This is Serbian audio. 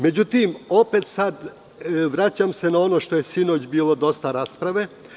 Međutim, opet se sada vraćam na ono o čemu je sinoć bilo dosta rasprave.